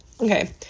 okay